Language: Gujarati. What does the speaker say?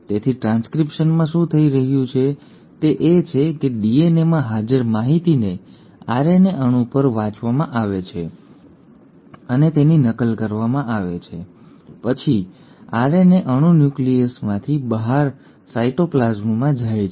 તેથી ટ્રાન્સક્રિપ્શનમાં શું થઈ રહ્યું છે તે એ છે કે ડીએનએમાં હાજર માહિતીને આરએનએ અણુ પર વાંચવામાં આવે છે અને તેની નકલ કરવામાં આવે છે અને પછી આરએનએ અણુ ન્યુક્લિયસમાંથી બહાર સાઇટોપ્લાઝમમાં જાય છે